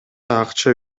акча